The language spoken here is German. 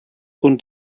und